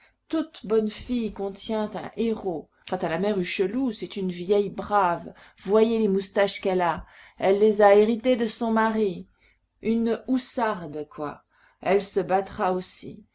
toute bonne fille contient un héros quant à la mère hucheloup c'est une vieille brave voyez les moustaches qu'elle a elle les a héritées de son mari une housarde quoi elle se battra aussi